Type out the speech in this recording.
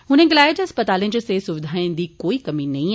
उनें गलाया जे अस्पतालें इच सेहत सुविघाएं दी कोई कमी नेंई ऐ